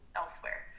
elsewhere